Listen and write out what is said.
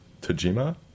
Tajima